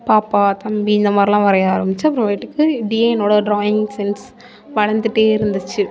பாப்பா தம்பி இந்த மாதிரிலாம் வரைய ஆரம்பித்தேன் அப்புறம் இப்படியே என்னோடய டிராயிங் சென்ஸ் வளர்ந்துட்டே இருந்துச்சு